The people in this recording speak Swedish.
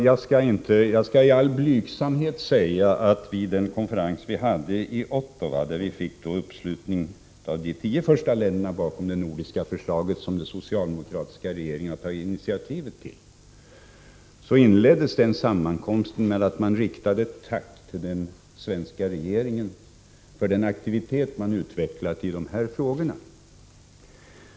Jag skall i all blygsamhet säga att vid den konferens vi hade i Ottawa — där vi fick uppslutning av de tio första länderna bakom det nordiska förslaget som den socialdemokratiska regeringen tagit initiativet till — inledde man med att rikta ett tack till den svenska regeringen för den aktivitet den utvecklat i dessa frågor.